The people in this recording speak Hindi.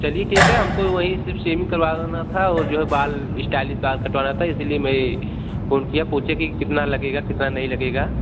चलिए ठीक है हमको वही सिर्फ शेविंग करवाना था और जो बाल इस्टाइलिश बाल कटवाना था इसीलिए मैं फोन किया पूछे कि कितना लगेगा कितना नहीं लगेगा